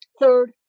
Third